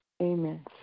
Amen